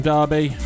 Derby